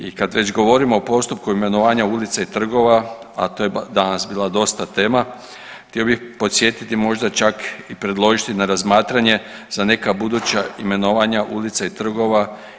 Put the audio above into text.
I kad već govorimo o postupku imenovanja ulica i trgova, a to je danas bila dosta tema htio bih podsjetiti možda čak i predložiti na razmatranje za neka buduća imenovanja ulica i trgova.